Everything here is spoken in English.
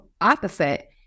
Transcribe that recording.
opposite